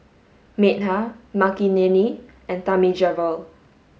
Medha Makineni and Thamizhavel